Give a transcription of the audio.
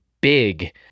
big